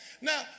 Now